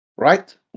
Right